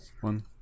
one